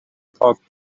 پاک